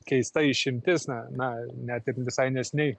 keista išimtis na na net ir visai neseniai